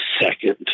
second